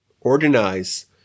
organize